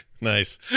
Nice